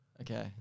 Okay